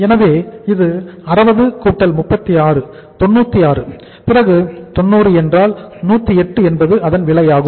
எனவே இது 60 36 96 பிறகு 90 என்றால் 108 என்பது அதன் விலை ஆகும்